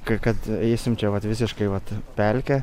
kad kad eisim čia vat visiškai vat pelkė